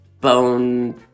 Bone